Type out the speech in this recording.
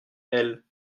elle